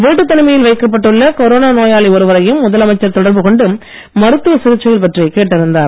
வீட்டுத் தனிமையில் வைக்கப்பட்டுள்ள கொரோனா நோயாளி ஒருவரையும் முதலமைச்சர் தொடர்பு கொண்டு மருத்துவ சிகிச்சைகள் பற்றி கேட்டறிந்தார்